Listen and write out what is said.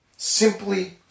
Simply